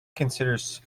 considers